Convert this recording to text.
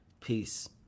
peace